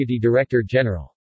Director-General